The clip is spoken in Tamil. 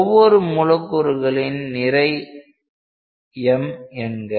ஒவ்வொரு மூலக்கூறுகளின் நிறை m என்க